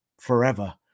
forever